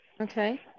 Okay